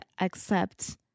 accept